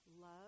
Love